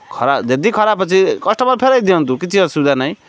ଯଦି ଖରାପ ଅଛି କଷ୍ଟମର୍ ଫେରାଇ ଦିଅନ୍ତୁ କିଛି ଅସୁବିଧା ନାହିଁ